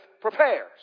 prepares